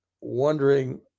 wondering